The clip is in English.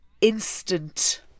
instant